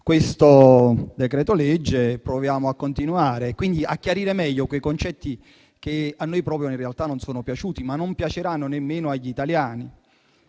questo decreto-legge proviamo a continuare e, quindi, a chiarire meglio i concetti che a noi in realtà non sono piaciuti e che però non piaceranno nemmeno agli italiani.